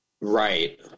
Right